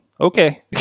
okay